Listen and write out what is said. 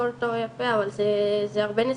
כל, זה הרבה נסיעה.